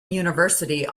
university